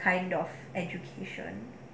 kind of education